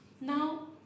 Now